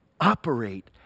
operate